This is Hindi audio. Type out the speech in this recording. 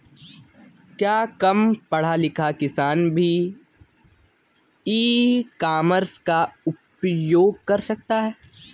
क्या कम पढ़ा लिखा किसान भी ई कॉमर्स का उपयोग कर सकता है?